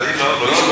לצערי לא השתנה,